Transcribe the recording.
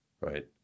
right